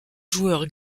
joueur